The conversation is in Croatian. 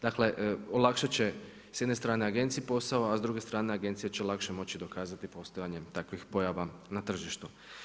Dakle, olakša će s jedne strane agenciji posao, a s druge strane agencija će lakše moći dokazati postojanje takvih pojava na tržištu.